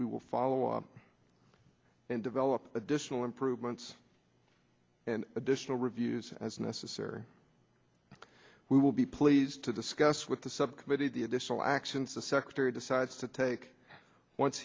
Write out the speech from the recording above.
we will follow up and develop additional improvements and additional reviews as necessary we will be pleased to the scuffs with the subcommittee the additional actions the secretary decides to take once